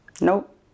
Nope